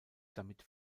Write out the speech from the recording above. damit